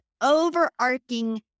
overarching